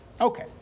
Okay